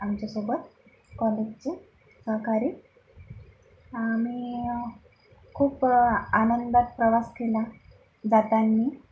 आमच्यासोबत कॉलेजचे सहकारी आम्ही खूप आनंदात प्रवास केला जाताना